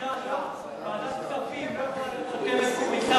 ועדת הכספים לא יכולה להיות חותמת גומי.